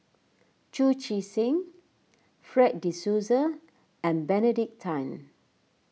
Chu Chee Seng Fred De Souza and Benedict Tan